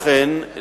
אכן,